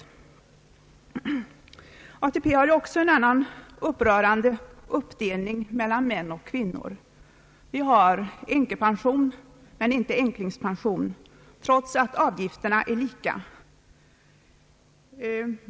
I ATP-systemet sker också en upprörande uppdelning mellan män och kvinnor. Vi har änkepension men inte änklingspension, trots att avgifterna är lika.